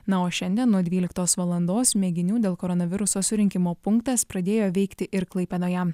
na o šiandien nuo dvyliktos valandos mėginių dėl koronaviruso surinkimo punktas pradėjo veikti ir klaipėdoje